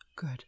Good